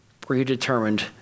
predetermined